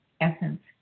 essence